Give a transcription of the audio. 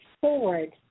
forward